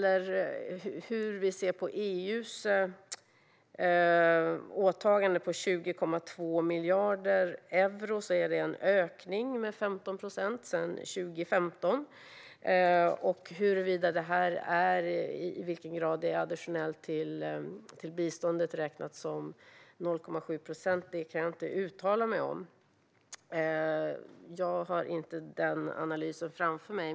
EU:s åtagande om 20,2 miljarder euro innebär en ökning med 15 procent sedan 2015. I vilken grad det här är additionellt till biståndet räknat som 0,7 procent kan jag inte uttala mig om. Jag har inte den analysen framför mig.